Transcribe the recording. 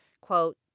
Quote